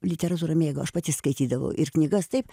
literatūrą mėgau aš pati skaitydavau ir knygas taip